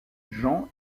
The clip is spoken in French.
jean